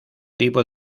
tipo